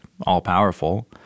all-powerful